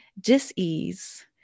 dis-ease